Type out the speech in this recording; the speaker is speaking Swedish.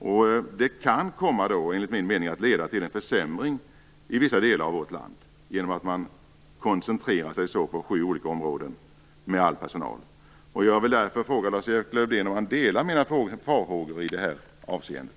Enligt min mening kan det komma att leda till en försämring i vissa delar av vårt land att man koncentrerar personalen på sju olika områden. Jag vill därför fråga Lars-Erik Lövdén om han delar mina farhågor i det här avseendet.